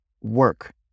work